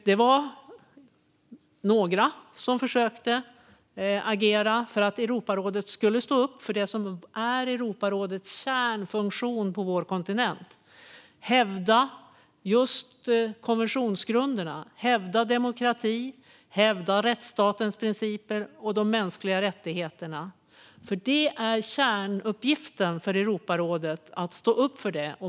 Det var några som försökte agera för att Europarådet skulle stå upp för det som är Europarådets kärnfunktion på vår kontinent: att hävda just konventionsgrunderna, att hävda demokrati och att hävda rättsstatens principer och de mänskliga rättigheterna. Att stå upp för det är Europarådets kärnuppgift.